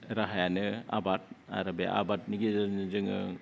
राहायानो आबाद आरो बे आबादनि गेजेरजों जोङो